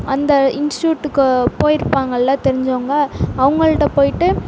அந்த இன்ஸ்ட்டியூட்டுக்கு போயிருப்பாங்கள்ல தெரிஞ்சவங்க அவங்கள்ட்ட போய்ட்டு